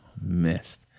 Missed